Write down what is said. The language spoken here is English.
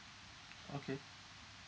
okay